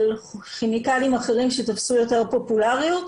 כימיקלים אחרים שתפסו יותר פופולריות,